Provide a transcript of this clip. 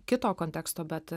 kito konteksto bet